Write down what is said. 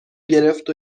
گرفت